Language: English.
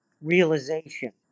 realization